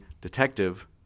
detective